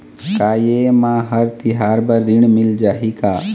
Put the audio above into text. का ये मा हर तिहार बर ऋण मिल जाही का?